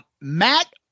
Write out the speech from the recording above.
Matt